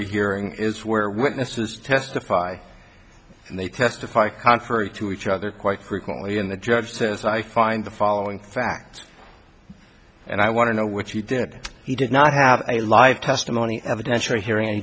hearing is where witnesses testify and they testify contrary to each other quite frequently and the judge says i find the following facts and i want to know which he did he did not have a live testimony evidentiary hearing